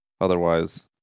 otherwise